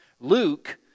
Luke